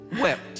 wept